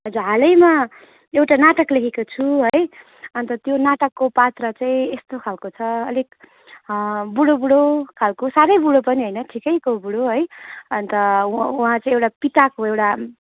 हजुर हालैमा एउटा नाटक लेखेको छु है अन्त त्यो नाटकको पात्र चाहिँ यस्तो खालको छ अलिक बुढो बुढो खालको साह्रै बुढो पनि होइन ठिकैको बुढो है अन्त वहाँ चाहिँ एउटा पिताको एउटा